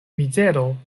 mizero